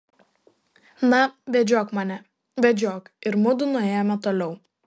na vedžiok mane vedžiok ir mudu nuėjome toliau